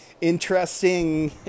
interesting